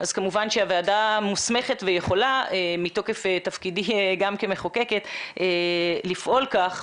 כמובן שהוועדה מוסמכת ויכולה מתוקף תפקידי גם כמחוקקת לפעול כך.